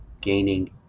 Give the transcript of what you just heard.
gaining